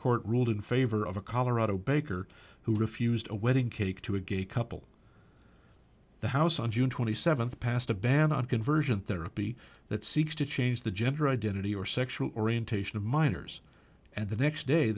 court ruled in favor of a colorado baker who refused a wedding cake to a gay couple the house on june twenty seventh passed a ban on conversion therapy that seeks to change the gender identity or sexual orientation of minors and the next day